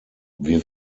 wir